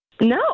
No